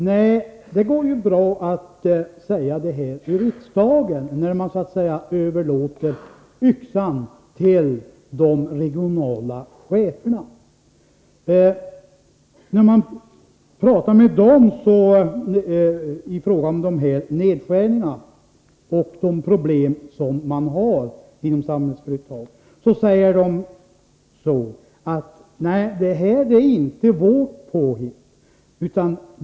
Nej, det går ju bra att säga det inför riksdagen, när man så att säga överlämnar yxan till de regionala cheferna. När man pratar med de regionala cheferna om nedskärningarna och de problem som finns inom Samhällsföretag säger de: Det här är inte vårt påhitt.